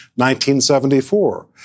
1974